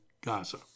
Gaza